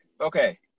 Okay